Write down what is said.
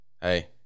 Hey